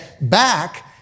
back